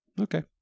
Okay